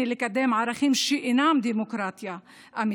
לקידום ערכים שאינם דמוקרטיה אמיתית.